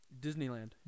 Disneyland